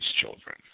children